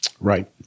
Right